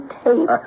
tape